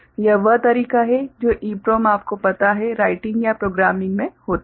यह वह तरीका है जो EPROM आपको पता है राइटिंग या प्रोग्रामिंग मे होता है